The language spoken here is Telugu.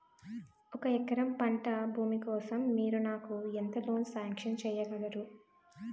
ఒక ఎకరం పంట భూమి కోసం మీరు నాకు ఎంత లోన్ సాంక్షన్ చేయగలరు?